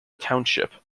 township